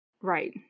Right